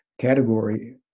category